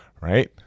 right